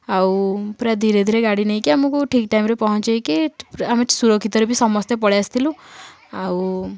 ଆଉ ପୁରା ଧୀରେ ଧୀରେ ଗାଡ଼ି ନେଇକି ଆମକୁ ଠିକ୍ ଟାଇମରେ ପହଞ୍ଚେଇକି ପୁରା ଆମେ ସୁରକ୍ଷିତରେ ବି ସମସ୍ତେ ପଳେଇ ଆସିଥିଲୁ ଆଉ